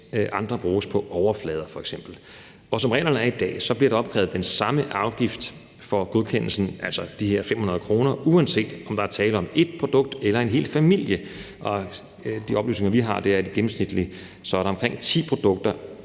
f.eks. bruges på overflader. Som reglerne er i dag, bliver der opkrævet den samme afgift for godkendelsen, altså de her 500 kr., uanset om der er tale om et produkt eller en hel familie. Og de oplysninger, vi har, er, at gennemsnitligt er der omkring ti produkter